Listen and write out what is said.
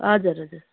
हजुर हजुर